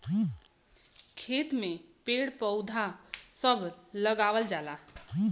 खेत में पेड़ पौधा सभ लगावल जाला